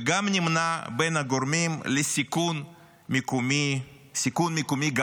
וגם נמנה בין הגורמים לסיכון מקומי גבוה.